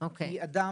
כי, נניח, אדם